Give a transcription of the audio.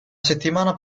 settimana